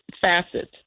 facets